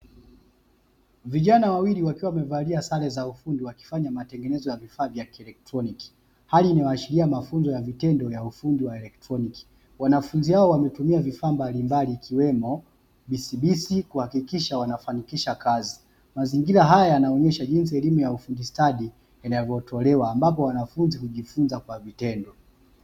Vijana wawili wakiwa wamevalia sare za ufundi wakifanya matengenezo ya vifaa vya kielektroniki hali ni waashiria mafunzo ya vitendo vya ufundi wa elektroniki, wanafunzi hao wametumia vifaa mbalimbali ikiwemo bisibisi kuhakikisha wanafanikisha kazi, mazingira haya yanaonyesha jinsi elimu ya ufundi stadi inavyotolewa ambapo wanafunzi kujifunza kwa vitendo.